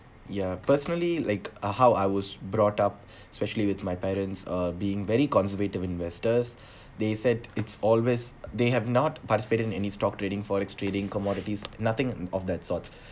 ya personally like uh how I was brought up specially with my parents uh being very conservative investors they said it's always they have not participate in any stock trading forex trading commodities nothing of that sort